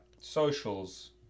socials